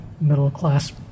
middle-class